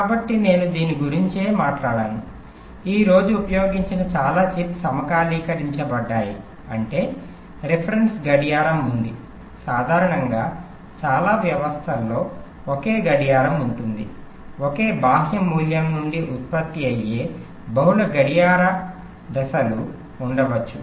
కాబట్టి నేను దీని గురించే మాట్లాడాను ఈ రోజు ఉపయోగించిన చాలా చిప్స్ సమకాలీకరించబడ్డాయి అంటే రిఫరెన్స్ గడియారం ఉంది సాధారణంగా చాలా వ్యవస్థలలో ఒకే గడియారం ఉంటుంది ఒకే బాహ్య మూలం నుండి ఉత్పత్తి అయ్యే బహుళ గడియార దశలు ఉండవచ్చు